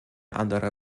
andere